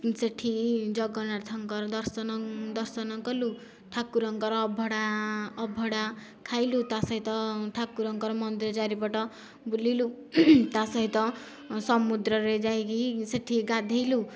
ସେଠି ଜଗନ୍ନାଥଙ୍କର ଦର୍ଶନ ଦର୍ଶନ କଲୁ ଠାକୁରଙ୍କର ଅଭଡ଼ା ଅଭଡ଼ା ଖାଇଲୁ ତା ସହିତ ଠାକୁରଙ୍କର ମନ୍ଦିର ଚାରିପଟ ବୁଲିଲୁ ତା ସହିତ ସମୁଦ୍ରରେ ଯାଇକି ସେଠି ଗାଧୋଇଲୁ